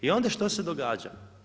I onda što se događa?